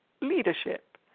leadership